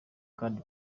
kandi